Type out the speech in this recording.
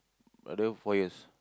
although four years